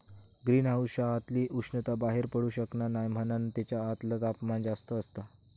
green हाउसच्या आतली उष्णता बाहेर पडू शकना नाय म्हणान तेच्या आतला तापमान जास्त असता